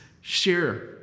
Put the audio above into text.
Share